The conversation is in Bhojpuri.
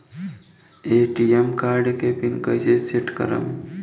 ए.टी.एम कार्ड के पिन कैसे सेट करम?